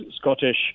Scottish